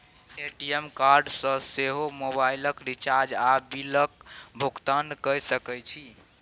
ATM card सँ सेहो मोबाइलक रिचार्ज आ बिलक भुगतान कए सकैत छी